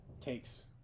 takes